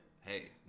hey